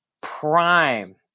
prime